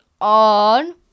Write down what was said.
on